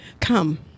come